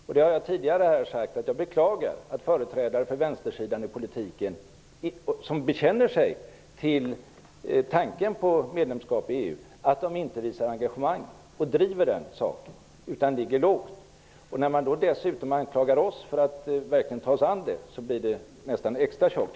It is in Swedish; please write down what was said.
Jag har också tidigare sagt att jag beklagar att de företrädare för vänstersidan som bekänner sig till tanken på ett medlemskap i EU inte visar engagemang och driver saken utan i stället ligger lågt. När man dessutom anklagar oss för att vi verkligen tar oss an detta blir det nästan för mycket.